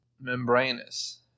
membranous